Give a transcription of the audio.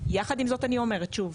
יחד עם זאת אני אומרת שוב,